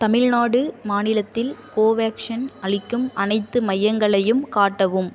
தமிழ்நாடு மாநிலத்தில் கோவேக்ஷின் அளிக்கும் அனைத்து மையங்களையும் காட்டவும்